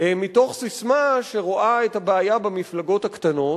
מתוך ססמה שרואה את הבעיה במפלגות הקטנות.